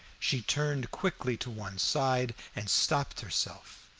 she turned quickly to one side and stopped herself,